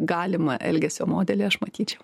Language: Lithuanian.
galimą elgesio modelį aš matyčiau